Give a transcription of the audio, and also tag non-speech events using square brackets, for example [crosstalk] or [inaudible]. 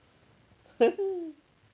[noise]